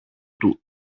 του